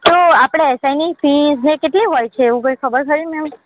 તો આપણે એસઆઇની ફી જે કેટલી હોય છે એવું કંઈ ખબર ખરી મેમ